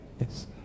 Yes